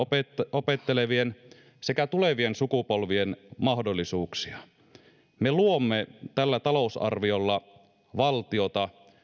opettelevien sekä tulevien sukupolvien mahdollisuuksia ja me luomme tällä talousarviolla valtiota